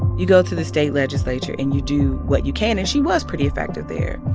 you go to the state legislature, and you do what you can. and she was pretty effective there.